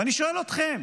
ואני שואל אתכם,